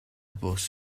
bws